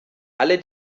alle